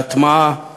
להטמעת